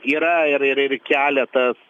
yra ir ir ir keletas